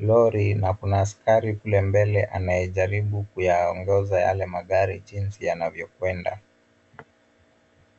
lori na kuna askari kule mbele anayejaribu kuyaongoza yale magari jinsi yanavyokwenda.